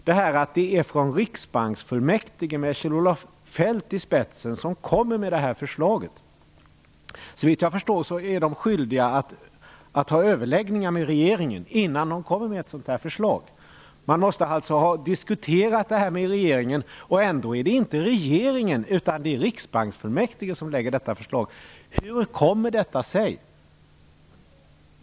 Det är riksbanksfullmäktige med Kjell-Olof Feldt i spetsen som kommer med det här förslaget. Såvitt jag förstår är riksbanksfullmäktige skyldiga att ha överläggningar med regeringen innan de kommer med ett sådant förslag. Man måste alltså ha diskuterat detta med regeringen. Ändå är det inte regeringen utan riksbanksfullmäktige som lägger fram förslaget. Hur kommer detta sig?